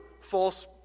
false